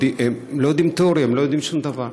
הם לא יודעים תיאוריה, הם לא יודעים שום דבר.